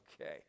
Okay